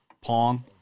Pong